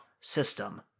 system